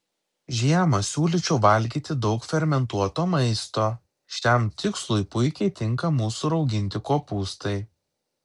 žiemą siūlyčiau valgyti daug fermentuoto maisto šiam tikslui puikiai tinka mūsų rauginti kopūstai